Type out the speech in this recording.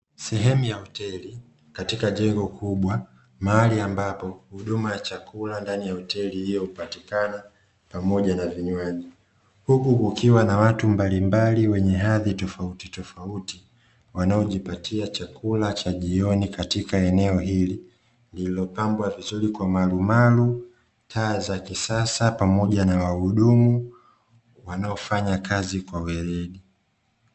Sehemu ya Hoteli, katika jengo kubwa. Mahali ambapo huduma ya chakula ndani ya Hoteli hiyo hunapatikana, pamoja na vinywaji, huku kukiwa na watu mbalimbali wenye hadhi tofautitofauti, wanaojipatia chakula cha jioni katika eneo hili, lililopambwa vizuri kwa marumaru, taa za kisasa pamoja na wahudumu wanaofanya kazi kwa weledi.